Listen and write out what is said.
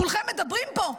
כולכם מדברים פה,